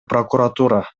прокуратура